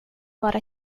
vara